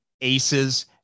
Ace's